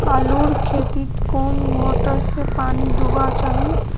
आलूर खेतीत कुन मोटर से पानी दुबा चही?